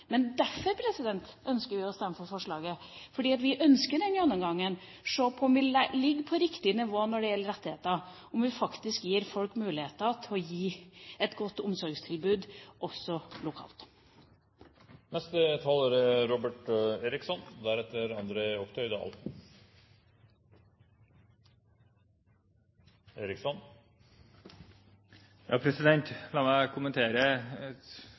Men derfor ønsker vi å stemme for forslaget. Vi ønsker den gjennomgangen for å se om vi ligger på riktig nivå når det gjelder rettigheter, og om vi faktisk gir folk muligheter til å gi et godt omsorgstilbud, også lokalt. La meg kommentere to, kanskje tre ting også, men iallfall begynne med to ting som statsråden var inne på, og